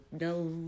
no